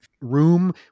room